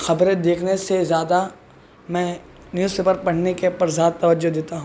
خبریں دیکھنے سے زیادہ میں نیوز پیپر پڑھنے کے اوپر زیادہ توجہ دیتا ہوں